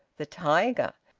the tiger!